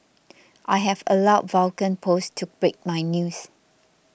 I have allowed Vulcan post to break my news